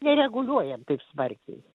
nereguliuoja taip smarkiai